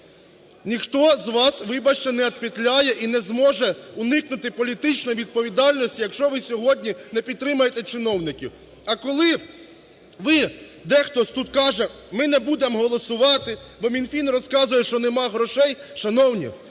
Ніхто з вас, вибачте, не отпетляє і не зможе уникнути політичної відповідальності, якщо ви сьогодні не підтримаєте чиновників. А коли ви, дехто ось тут каже, ми не будемо голосувати, бо Мінфін розказує, що нема грошей, шановні,